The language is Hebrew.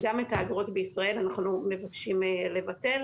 גם את האגרות בישראל אנחנו מבקשים לבטל.